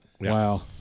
Wow